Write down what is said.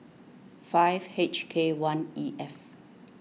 five H K one E F